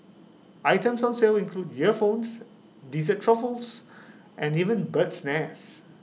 items on sale include earphones dessert truffles and even bird's nest